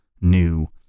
new